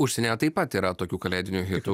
užsienyje taip pat yra tokių kalėdinių hitų